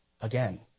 again